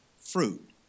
fruit